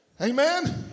Amen